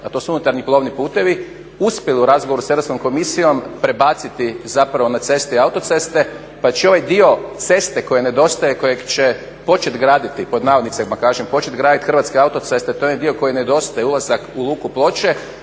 a to su unutarnji plovni putevi uspjelo u razgovoru sa Europskom komisijom prebaciti zapravo na ceste i autoceste, pa će i ovaj dio ceste koji nedostaje, kojeg će početi graditi pod navodnicima kažem počet graditi Hrvatske autoceste. To je onaj dio koji nedostaje ulazak u Luku Ploče.